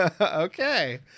Okay